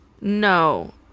No